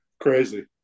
Crazy